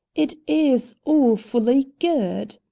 it is awfully good!